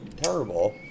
terrible